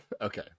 okay